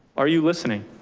are you listening?